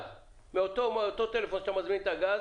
באותו טלפון שאתה מזמין את הגז